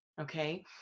okay